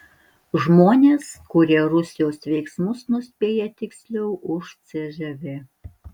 žmonės kurie rusijos veiksmus nuspėja tiksliau už cžv